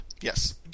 Yes